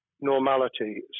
normality